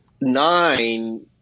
nine